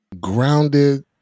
grounded